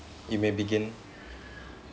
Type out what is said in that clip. you may begin